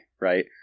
right